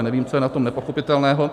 Nevím, co je na tom nepochopitelného.